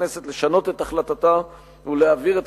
ועדת הכנסת ממליצה לכנסת לשנות את החלטתה ולהעביר את